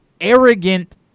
arrogant